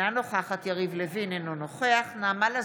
שמאפשרת להורים לחסן את ילדיהם במקסימום